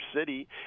city